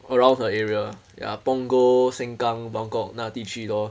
around her area ya punggol sengkang buangkok 那地区 lor